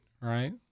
right